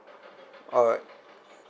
alright